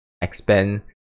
expand